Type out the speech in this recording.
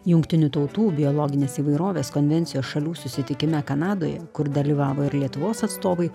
jungtinių tautų biologinės įvairovės konvencijos šalių susitikime kanadoje kur dalyvavo ir lietuvos atstovai